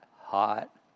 hot